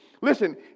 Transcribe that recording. Listen